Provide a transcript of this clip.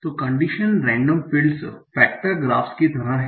तो condition random fields factor graphs की तरह हैं